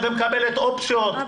ומקבלת אופציות.